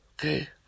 Okay